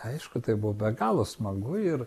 aišku tai buvo be galo smagu ir